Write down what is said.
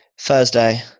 Thursday